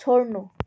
छोड्नु